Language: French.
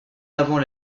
avant